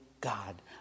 God